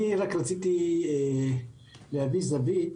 אני רק רציתי להביא זווית,